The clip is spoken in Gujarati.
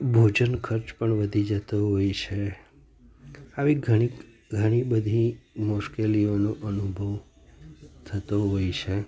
ભોજન ખર્ચ પણ વધી જતો હોય છે આવી ઘણી ઘણી બધી મુશ્કેલીઓનો અનુભવ થતો હોય છે